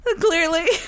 clearly